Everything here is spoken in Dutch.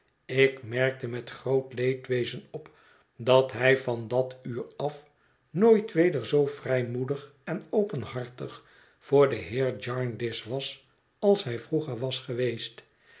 ik merkte met groot leedwezen op dat hij van dat uur af nooit weder zoo vrijmoedig en openhartig voor den heer jarndyce was als hij vroeger was geweest